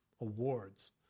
awards